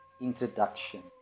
introduction